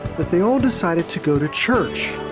that they all decided to go to church,